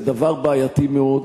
זה דבר בעייתי מאוד.